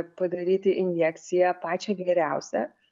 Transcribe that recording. padaryti injekciją pačią geriausią